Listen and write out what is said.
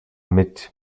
mit